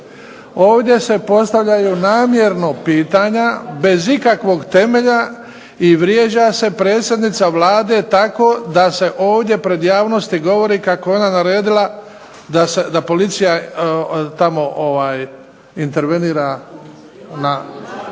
Ovdje se postavljaju namjerno pitanje bez ikakvog temelja i vrijeđa se predsjednica Vlade tako da se ovdje pred javnosti govori kako je ona naredila da policija tamo intervenira na